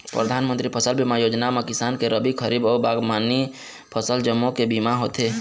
परधानमंतरी फसल बीमा योजना म किसान के रबी, खरीफ अउ बागबामनी फसल जम्मो के बीमा होथे